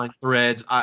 threads